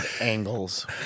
angles